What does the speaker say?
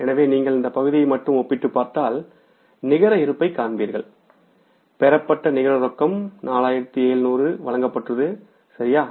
எனவே நீங்கள் இந்த பகுதியை மட்டுமே ஒப்பிட்டுப் பார்த்தால் நிகர இருப்பைக் காண்பீர்கள் பெறப்பட்ட நிகர ரொக்கம் 4700 வழங்கப்பட்டது சரியா